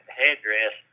headdress